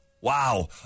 Wow